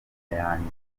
yanjye